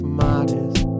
modest